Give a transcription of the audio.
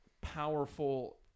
powerful